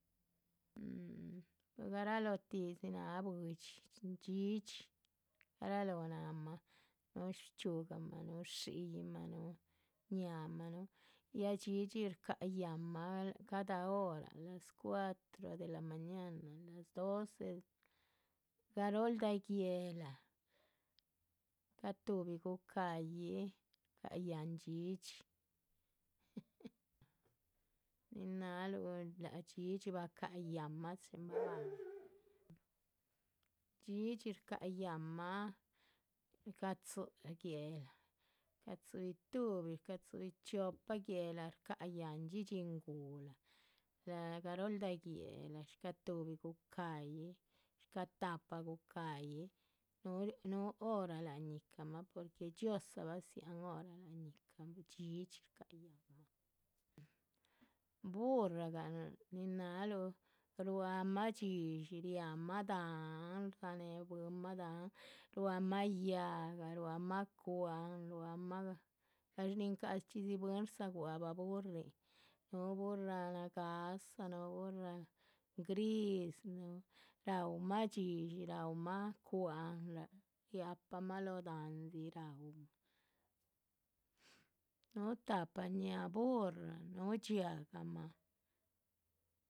Pues garalotiu dzi náha buidxi, dhxídhxi garaloho náhamah, núhu shchxíhugamah, núhu shiyiih’ma núhu, ñáahamah núhu, ya dhxídhxi shca´ yáhnmah cada hora. a las cuatro de la mañana las doce del garóldah guéhla, shcáha tuhbi gucaha yih, shcáha yáhn dhxídhxi, nin náhaluh láha dhxídhxi bacáha yáhnmah chin babáhan. dhxídhxi shcáha yáhnmah shcá tzí, guéhla shcáha tzíbi tuhbi, shcá tzíbi chiopa guéhla shcáh yáhn dhxídhxi nguhla, dzá garóhlda guéhla, shcáh tuhbi gucáyih. shcáha tahpa gucáyih, núhu hora láhan yíhcamah porque dhxiózaa badziáhan hora láhan yíhca dhxídhxi shcáha yáhanmah, burragah nin náhaluh ruámah dxídshi riámah dahán. rdzáhaneh bwinmah dahán ruámah yáhga ruámah cwa´han ruámah gadxé ni shcadzi bwín rdzáguabah burrin núhu burra nagáhsa núhu burra gris, núhu raúmah dxídshi raúmah. cwa´han riáhpamah lóoh dahándzi raumah núhu tahpa ñáaha burra núhu dxiahgmah